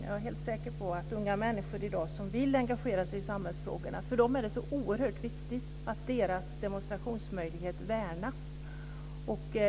Jag är helt säker på att unga människor som i dag vill engagera sig i samhällsfrågor ser det som oerhört viktigt att deras demonstrationsmöjlighet värnas.